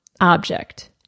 object